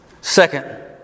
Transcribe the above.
Second